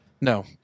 No